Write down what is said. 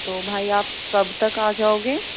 تو بھائی آپ کب تک آ جاؤ گے